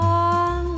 on